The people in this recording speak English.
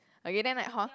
okay then like hor